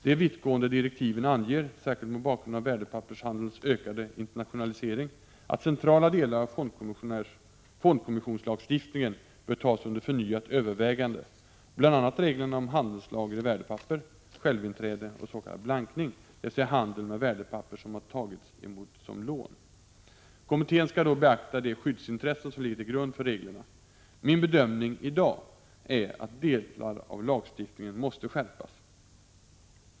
De vittgående direktiven anger, särskilt mot bakgrund av värdepappershandelns ökade internationalisering, att centrala delar av fondkommissionslagstiftningen bör tas under förnyat övervägande, bl.a. reglerna om handelslager i värdepapper, självinträde och s.k. blankning, dvs. handel med värdepapper som har tagits emot som lån. Kommittén skall då beakta de skyddsintressen som ligger till grund för reglerna. Min bedömning i dag är att delar av lagstiftningen måste skärpas.